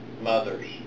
mothers